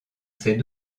ses